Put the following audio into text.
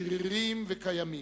שרירים וקיימים.